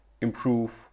Improve